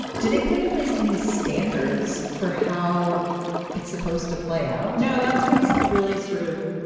do they put in place any standards for how it's supposed to play out? no, that's what's really sort of,